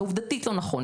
זה עובדתית לא נכון.